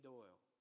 Doyle